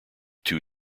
two